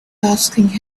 asking